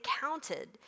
counted